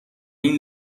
این